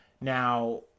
now